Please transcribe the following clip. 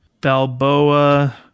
Balboa